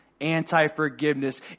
anti-forgiveness